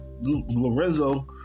Lorenzo